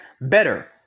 better